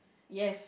yes